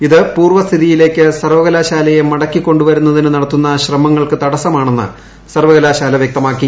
ഇത് പൂർവ്വസ്ഥിതിയിലേക്ക് സർവ്വകലാശാലയെ മടക്കിക്കൊണ്ടുവരുന്നതിന് നടത്തുന്ന ശ്രമങ്ങൾക്ക് തടസ്സമാണെന്ന് സർവകലാശാല വ്യക്തമാക്കി